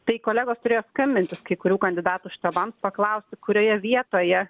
tai kolegos turėjo skambintis kai kurių kandidatų štabams paklausti kurioje vietoje